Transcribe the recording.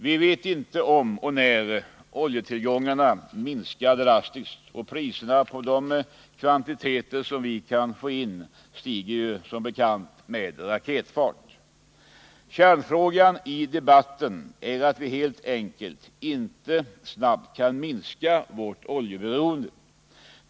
Vi vet inte om och när oljetillgångarna minskar drastiskt, och priserna på de kvantiteter vi kan få in stiger som bekant med raketfart. Kärnfrågan i debatten är att vi helt enkelt inte snabbt kan minska vårt oljeberoende.